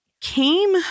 came